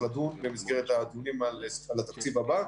לדון במסגרת הדיונים על התקציב הבא.